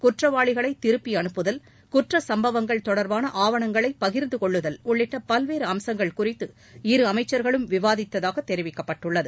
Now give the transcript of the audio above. குற்றவாளிகளை திருப்பி அனுப்புதல் குற்ற சம்பவங்கள் தொடர்பான ஆவணங்களை பகிர்ந்து கொள்ளுதல் உள்ளிட்ட பல்வேறு அம்சங்கள் குறித்து இரு அமைச்சர்களும் விவாதித்ததாக தெரிவிக்கப்பட்டுள்ளது